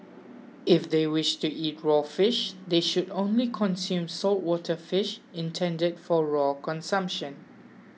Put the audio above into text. if they wish to eat raw fish they should only consume saltwater fish intended for raw consumption